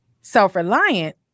Self-reliant